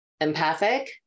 empathic